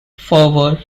fervor